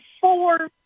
four